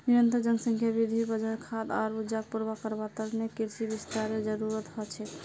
निरंतर जनसंख्या वृद्धिर वजह खाद्य आर ऊर्जाक पूरा करवार त न कृषि विस्तारेर जरूरत ह छेक